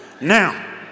Now